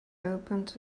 opened